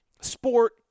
sport